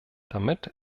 damit